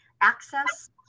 access